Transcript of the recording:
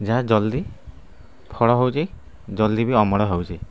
ଯାହା ଜଲ୍ଦି ଫଳ ହେଉଛି ଜଲ୍ଦି ବି ଅମଳ ହେଉଛି